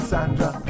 Sandra